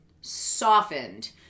softened